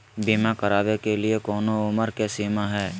बीमा करावे के लिए कोनो उमर के सीमा है?